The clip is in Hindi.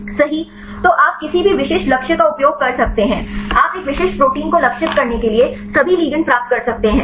सही तो आप किसी भी विशिष्ट लक्ष्य का उपयोग कर सकते हैं आप एक विशिष्ट प्रोटीन को लक्षित करने के लिए सभी लिगेंड प्राप्त कर सकते हैं